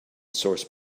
source